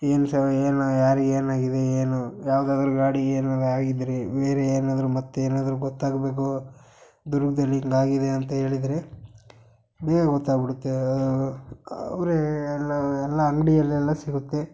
ಏನು ಸಮಯ ಏನು ಯಾರಿಗೆ ಏನಾಗಿದೆ ಏನು ಯಾವ್ದಾದ್ರೂ ಗಾಡಿ ಏನಾದ್ರು ಆಗಿದ್ದರೆ ಬೇರೆ ಏನಾದ್ರೂ ಮತ್ತೆ ಏನಾದರೂ ಗೊತ್ತಾಗಬೇಕು ದುರ್ಗದಲ್ಲಿ ಹಿಂಗಾಗಿದೆ ಅಂತ ಹೇಳಿದರೆ ಬೇಗ ಗೊತ್ತಾಗಿಬಿಡುತ್ತೆ ಅವರೆ ಎಲ್ಲ ಎಲ್ಲ ಅಂಗಡಿಯಲ್ಲೆಲ್ಲ ಸಿಗುತ್ತೆ